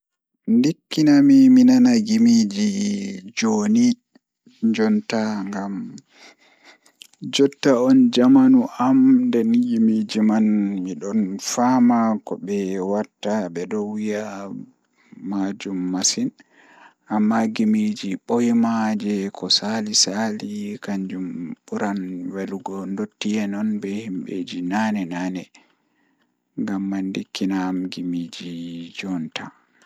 Ndikkina mi minana gimiiji jooni ngam jotta on jamanu am nden gimi man midon faama ko be watta bedon wiya haa maajum masin amma gimiiji amma gimiiji boima ko saali-saali kanjum buran welugo ndotti en be himbeeji naane-naane ngamman ndikkinami gimiiji jonta